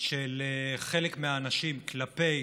של חלק מהאנשים כלפי